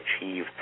achieve